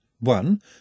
One